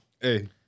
Hey